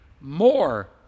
more